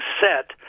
set